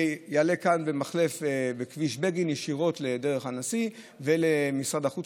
ויעלה במחלף בכביש בגין ישירות לדרך הנשיא ולמשרד החוץ,